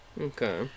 Okay